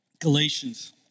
Galatians